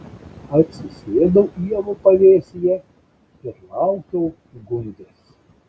atsisėdau ievų pavėsyje ir laukiau gundės